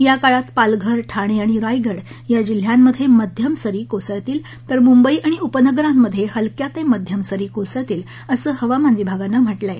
या काळात पालघर ठाणे आणि रायगड या जिल्ह्यांमध्ये मध्यम सरी कोसळतील तर मुंबई आणि उपनगरांमध्ये हलक्या ते मध्यम सरी कोसळतील असं हवामान विभागानं म्हटलं आहे